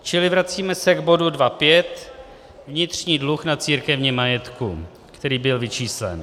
Čili vracíme se k bodu 2.5 Vnitřní dluh na církevním majetku, který byl vyčíslen.